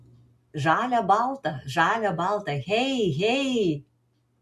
žalia balta žalia balta hey hey